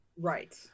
Right